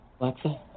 Alexa